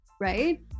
right